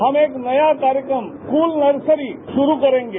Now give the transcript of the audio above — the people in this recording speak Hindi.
हम एक नया कार्यक्रम स्कूल नर्सरी शुरू करेंगे